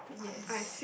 yes